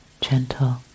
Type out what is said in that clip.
gentle